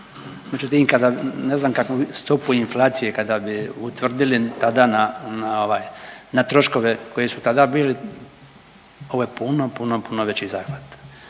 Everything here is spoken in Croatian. međutim ne znam kakvu stopu inflacije kada bi utvrdili tada na troškove koji su tada bili, ovo je puno, puno, puno veći zahvat